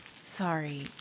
Sorry